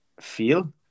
feel